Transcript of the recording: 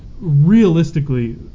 Realistically